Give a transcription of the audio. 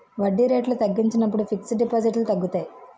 వడ్డీ రేట్లు తగ్గించినప్పుడు ఫిక్స్ డిపాజిట్లు తగ్గుతాయి